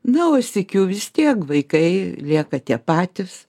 na o sykiu vis tiek vaikai lieka tie patys